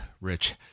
rich